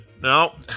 No